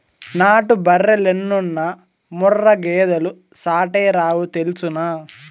నాటు బర్రెలెన్నున్నా ముర్రా గేదెలు సాటేరావు తెల్సునా